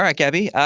um like gabi.